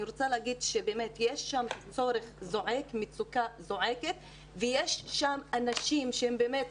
אני רוצה להגיד שיש שם צורך זועק ומצוקה זועקת ויש שם אנשים שהם באמת